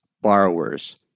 borrowers